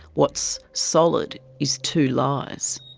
what's solid is two lies.